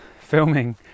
filming